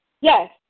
Yes